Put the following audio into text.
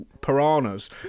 piranhas